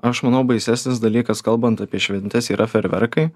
aš manau baisesnis dalykas kalbant apie šventes yra fejerverkai